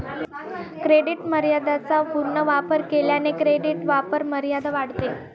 credit मर्यादेचा पूर्ण वापर केल्याने क्रेडिट वापरमर्यादा वाढते